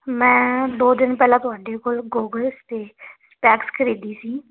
ਮੈਂ ਦੋ ਦਿਨ ਪਹਿਲਾਂ ਤੁਹਾਡੇ ਕੋਲ ਗੋਗਲਸ ਅਤੇ ਸਪੈਕਸ ਖਰੀਦੀ ਸੀ